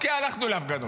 אוקיי, הלכנו להפגנות.